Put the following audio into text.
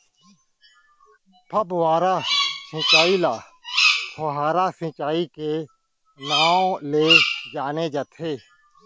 फव्हारा सिंचई ल फोहारा सिंचई के नाँव ले जाने जाथे